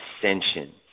ascension